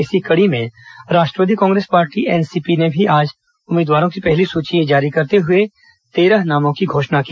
इसी कड़ी में राष्ट्रवादी कांग्रेस पार्टी एनसीपी ने भी आज उम्मीदवारों की पहली सुची जारी करते हए तेरह नामों की घोषणा की